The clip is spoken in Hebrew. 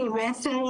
כי בעצם,